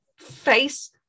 face